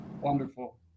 Wonderful